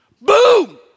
Boom